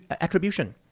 attribution